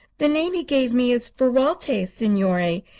the name he gave me is ferralti, signore.